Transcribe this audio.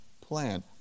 plan